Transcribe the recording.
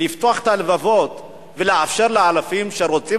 לפתוח את הלבבות ולאפשר לאלפים שרוצים